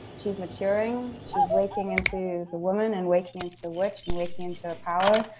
she's maturing. she's waking into the woman. and waking into the witch. and waking into her power.